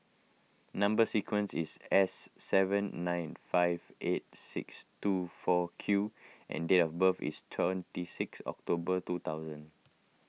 Number Sequence is S seven nine five eight six two four Q and date of birth is twenty six October two thousand